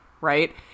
Right